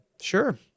Sure